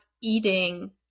eating